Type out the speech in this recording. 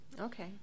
okay